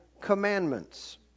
commandments